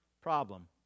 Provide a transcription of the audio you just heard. problem